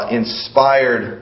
inspired